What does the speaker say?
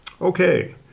Okay